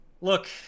Look